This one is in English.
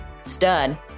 Stud